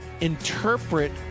interpret